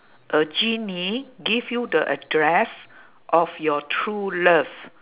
a genie give you the address of your true love